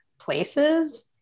places